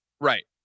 Right